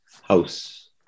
house